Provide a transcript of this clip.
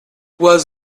was